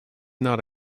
not